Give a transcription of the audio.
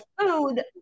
food